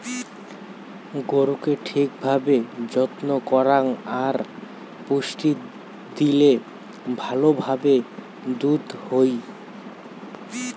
গরুকে ঠিক ভাবে যত্ন করাং আর পুষ্টি দিলে ভালো ভাবে দুধ হই